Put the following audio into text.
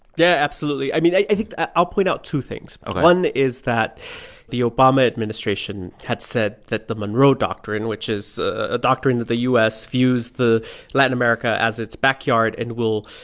yeah, absolutely. i mean, i think i'll point out two things ok one is that the obama administration had said that the monroe doctrine, which is a doctrine that the u s. views the latin america as its backyard and will,